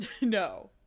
No